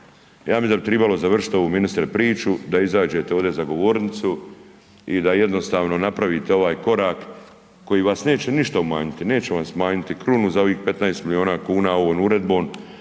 Ja mislim da bi trebalo završiti ovu ministre priču da izađete ovdje za govornicu i da jednostavno napravite ovaj korak koji vas neće ništa umanjiti, neće vam smanjiti krunu za ovih 15 milijuna kuna ovom uredbom